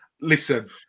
Listen